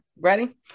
Ready